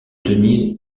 denise